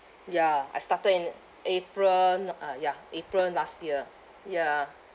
ya I started in april ah ya april last year ya